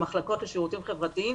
למחלקות לשירותים חברתיים,